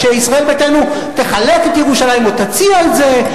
כשישראל ביתנו תחלק את ירושלים או תציע את זה,